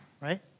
right